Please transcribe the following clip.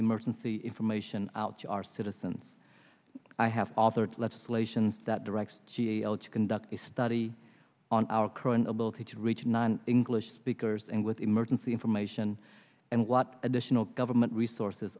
emergency information out to our citizens i have authored legislation that directs g l to conduct a study on our current ability to reach non english speakers and with emergency information and what additional government resources